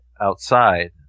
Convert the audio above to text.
outside